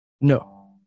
No